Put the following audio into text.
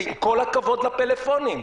ועם כל הכבוד לפלאפונים,